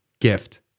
Gift